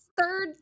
third